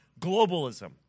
globalism